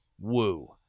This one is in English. woo